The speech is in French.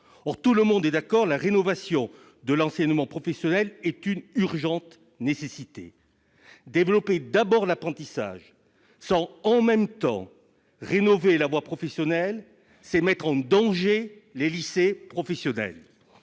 Or tout le monde en est d'accord, la rénovation de l'enseignement professionnel est une urgente nécessité. Développer d'abord l'apprentissage sans, en même temps, rénover la voie professionnelle, c'est mettre en danger les lycées professionnels,